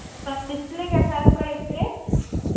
میم display کیسا ہے اُس کا ڈسپلے